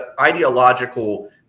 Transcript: ideological